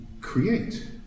create